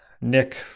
Nick